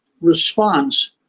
response